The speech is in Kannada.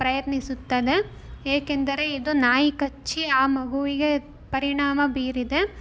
ಪ್ರಯತ್ನಿಸುತ್ತದೆ ಏಕೆಂದರೆ ಇದು ನಾಯಿ ಕಚ್ಚಿ ಆ ಮಗುವಿಗೆ ಪರಿಣಾಮ ಬೀರಿದೆ